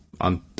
on